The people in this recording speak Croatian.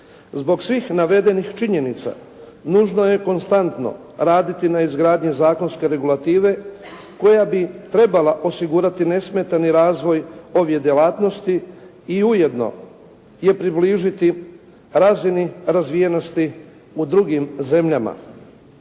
Zbog svih navedenih činjenica nužno je konstantno raditi na izgradnji zakonske regulative koja bi trebala osigurati nesmetani razvoj ove djelatnosti i ujedno je približiti razini razvijenosti u drugim zemljama.